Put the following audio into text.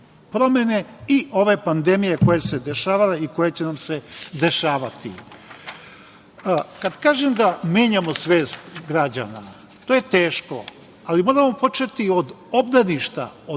promene i ove pandemije koje su se dešavale i koje će nam se dešavati. Kada kažem da menjamo svest građana, to je teško, ali moramo početi od obdaništa, od